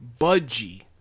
Budgie